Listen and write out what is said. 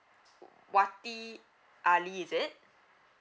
oo wati ali is it